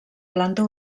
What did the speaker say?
planta